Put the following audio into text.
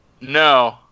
No